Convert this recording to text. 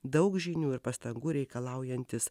daug žinių ir pastangų reikalaujantis